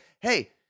hey